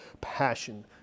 passion